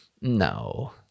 no